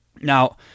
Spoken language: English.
now